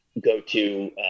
go-to